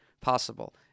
possible